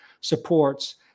supports